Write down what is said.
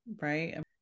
right